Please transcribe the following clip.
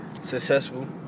successful